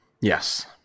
Yes